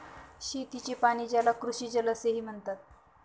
शेतीचे पाणी, ज्याला कृषीजल असेही म्हणतात